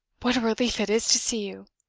what a relief it is to see you.